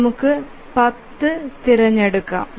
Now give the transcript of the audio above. അതിനാൽ നമുക്ക് 10 തിരഞ്ഞെടുക്കാം